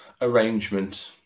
arrangement